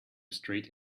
straight